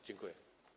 Dziękuję.